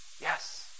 Yes